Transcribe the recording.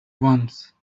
once